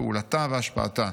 פעולתה והשפעתה'.